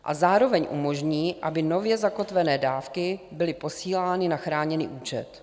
A zároveň umožní, aby nově zakotvené dávky byly posílány na chráněný účet.